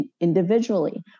individually